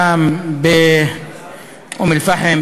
רכושם באום-אלפחם,